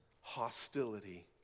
hostility